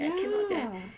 ya